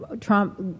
Trump